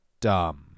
dumb